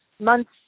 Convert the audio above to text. months